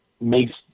makes